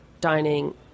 dining